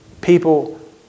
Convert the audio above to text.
People